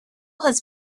has